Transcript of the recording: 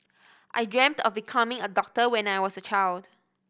I dreamt of becoming a doctor when I was a child